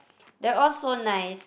they're all so nice